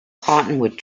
cottonwood